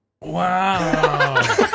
Wow